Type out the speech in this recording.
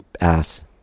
ass